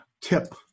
tip